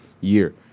year